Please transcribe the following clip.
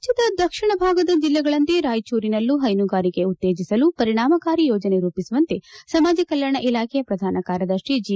ರಾಜ್ಯದ ದಕ್ಷಿಣ ಭಾಗದ ಜಿಲ್ಲೆಗಳಂತೆ ರಾಯಚೂರಿನಲ್ಲೂ ಹೈನುಗಾರಿಕೆ ಉತ್ತೇಜಿಸಲು ಪರಿಣಾಮಕಾರಿ ಯೋಜನೆ ರೂಪಿಸುವಂತೆ ಸಮಾಜ ಕಲ್ಲಾಣ ಇಲಾಖೆ ಪ್ರಧಾನ ಕಾರ್ಯದರ್ತಿ ಜಿ